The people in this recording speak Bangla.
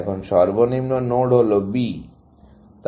এখন সর্বনিম্ন নোড হল B